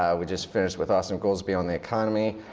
ah we just finished with austan goolsbee on the economy.